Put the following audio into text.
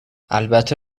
البته